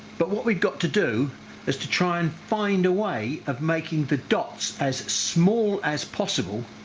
but what we've got to do is to try and find a way of making the dots as small as possible,